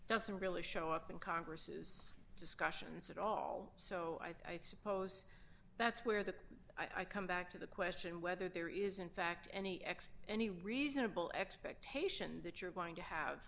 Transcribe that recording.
doesn't really show up in congress's discussions at all so i suppose that's where the i come back to the question whether there is in fact any ex any reasonable expectation that you're going to have